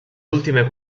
ultime